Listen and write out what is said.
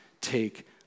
take